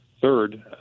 third